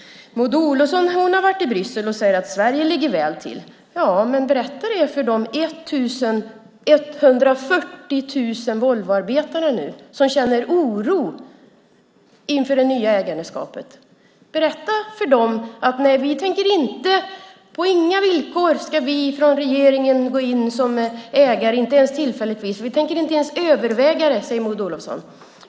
Maud Olofsson har varit i Bryssel och säger att Sverige ligger väl till. Berätta det för de 1 140 Volvoarbetare som nu känner oro inför det nya ägarskapet! Berätta för dem att regeringen på inga villkor tänker gå in som ägare, inte ens tillfälligtvis. Vi tänker inte ens överväga det, säger Maud Olofsson.